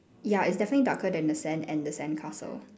ya it's definitely darker than the sand and the sandcastle